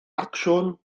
acsiwn